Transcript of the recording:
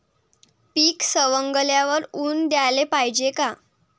पीक सवंगल्यावर ऊन द्याले पायजे का?